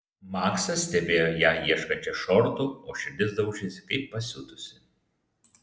maksas stebėjo ją ieškančią šortų o širdis daužėsi kaip pasiutusi